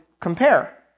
compare